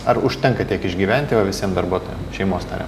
ar užtenka tiek išgyventi va visiem darbuotojam šeimos nariam